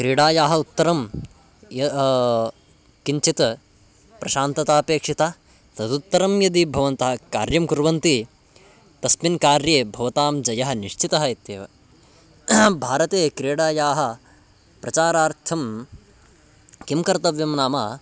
क्रीडायाः उत्तरं यः किञ्चित् प्रशान्तता अपेक्षिता तदुत्तरं यदि भवन्तः कार्यं कुर्वन्ति तस्मिन् कार्ये भवतां जयः निश्चितः इत्येव भारते क्रीडायाः प्रचारार्थं किं कर्तव्यं नाम